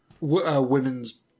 Women's